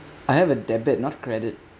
I have a debit not credit